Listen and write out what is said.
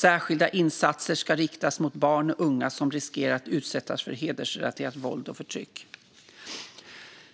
Särskilda insatser ska riktas mot barn och unga som riskerar att utsättas för hedersrelaterat våld och förtryck.